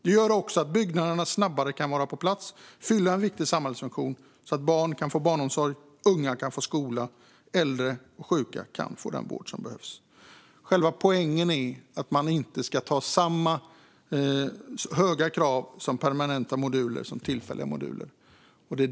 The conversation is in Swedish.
Det gör också att byggnaderna snabbare kan vara på plats och fylla en viktig samhällsfunktion så att barn kan få barnomsorg, unga kan få skola och äldre och sjuka kan få den vård som behövs. Själva poängen är att man inte ska ställa samma höga krav på tillfälliga moduler som på permanenta moduler.